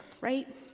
right